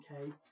Okay